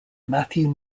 matthew